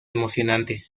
emocionante